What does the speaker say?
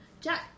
Jack